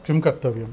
किं कर्तव्यं